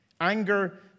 Anger